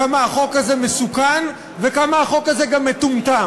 כמה החוק הזה מסוכן וכמה החוק הזה גם מטומטם.